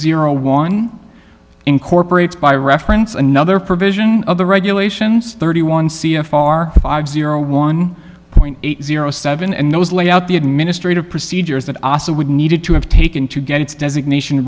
zero one incorporates by reference another provision of the regulations thirty one c f r five zero one point eight zero seven and those laid out the administrative procedures that asa would needed to have taken to get its designat